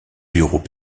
bureaux